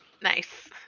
Nice